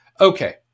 Okay